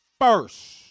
first